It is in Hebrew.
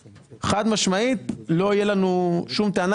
חד משמעית לא תהיה לנו שום טענה.